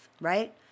right